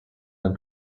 and